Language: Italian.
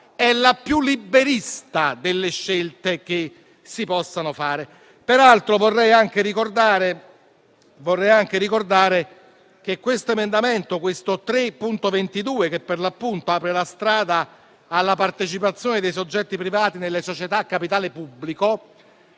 è la più liberista delle scelte che si possano fare. Peraltro, vorrei anche ricordare che questo emendamento 3.22, che per l'appunto apre la strada alla partecipazione dei soggetti privati nelle società a capitale pubblico,